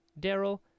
Daryl